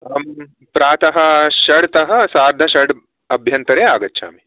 अहं प्रातः षड्तः सार्धषड् अभ्यन्तरे आगच्छामि